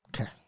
Okay